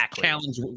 challenge